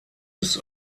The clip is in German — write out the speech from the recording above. ist